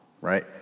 right